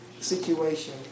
situation